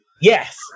Yes